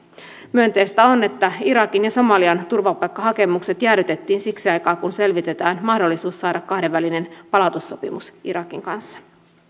myönteistä on että irakin ja somalian turvapaikkahakemukset jäädytettiin siksi aikaa kun selvitetään mahdollisuus saada kahdenvälinen palautussopimus irakin kanssa